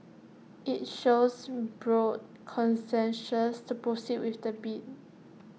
IT shows broad consensus to proceed with the bid